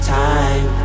time